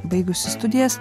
baigusi studijas